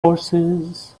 horses